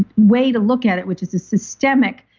way to look at it, which is a systemic.